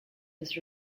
was